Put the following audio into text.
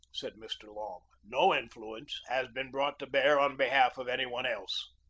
said mr. long. no influence has been brought to bear on behalf of any one else.